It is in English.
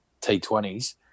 T20s